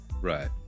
right